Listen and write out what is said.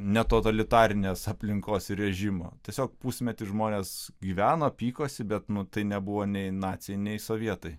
netotalitarinės aplinkos režimo tiesiog pusmetį žmonės gyveno pykosi bet nu tai nebuvo nei naciai nei sovietai